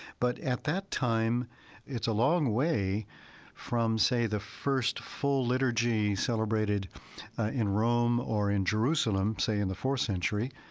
but at that time it's a long way from, say, the first full liturgy celebrated in rome or in jerusalem, say in the fourth century,